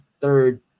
third